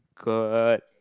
good